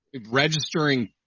registering